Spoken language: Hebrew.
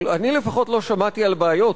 אני, לפחות, לא שמעתי על בעיות.